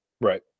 right